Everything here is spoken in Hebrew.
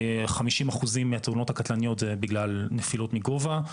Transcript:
חמישים אחוז מהתאונות הקטלניות הן בגלל נפילות מגובה,